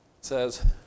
says